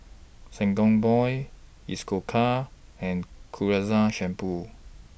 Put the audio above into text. Sangobion Isocal and Ketoconazole Shampoo